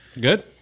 Good